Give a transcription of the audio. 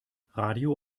radio